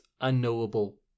unknowable